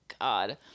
God